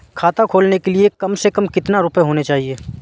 खाता खोलने के लिए कम से कम कितना रूपए होने चाहिए?